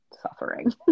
suffering